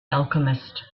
alchemist